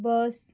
bus